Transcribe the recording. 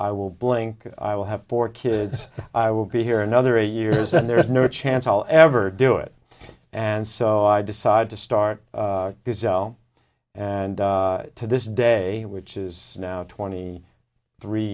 i will blink i will have four kids i will be here another eight years and there is no chance i'll ever do it and so i decided to start and to this day which is now twenty three